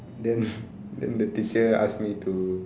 then then the teacher ask me to